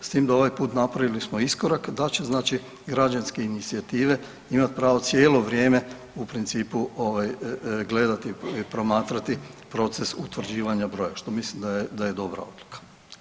S tim da ovaj put napravili smo iskorak da će, znači građanske inicijative imati pravo cijelo vrijeme u principu gledati, promatrati proces utvrđivanja brojeva što mislim da je dobra odluka.